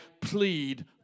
plead